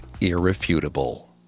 irrefutable